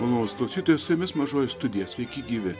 malonūs klausytojai su jumis mažoji studija sveiki gyvi